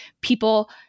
people